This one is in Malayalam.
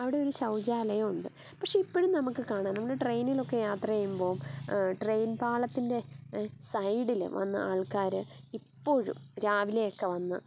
അവിടെ ഒരു ശൗചാലയമുണ്ട് പക്ഷേ ഇപ്പഴും നമുക്ക് കാണാൻ നമുക്ക് ട്രെയിനിലൊക്കെ യാത്ര ചെയ്യുമ്പോൾ ട്രെയിൻ പാളത്തിൻ്റെ സൈഡില് വന്നാൽ ആൾക്കാര് ഇപ്പോഴും രാവിലെയൊക്കെ വന്നാൽ